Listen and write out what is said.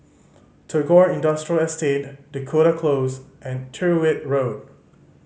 Tagore Industrial Estate Dakota Close and Tyrwhitt Road